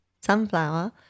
Sunflower